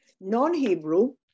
Non-Hebrew